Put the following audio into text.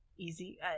Easy